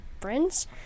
friends